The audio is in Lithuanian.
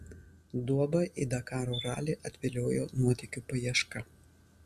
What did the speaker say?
duobą į dakaro ralį atviliojo nuotykių paieška